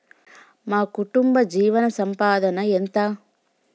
మా కుటుంబ జీవన సంపాదన ఎంత?